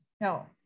no